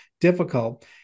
difficult